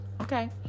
Okay